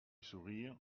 sourire